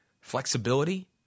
flexibility